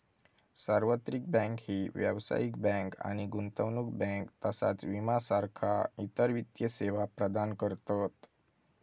सार्वत्रिक बँक ही व्यावसायिक बँक आणि गुंतवणूक बँक तसाच विमा सारखा इतर वित्तीय सेवा प्रदान करतत